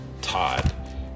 Todd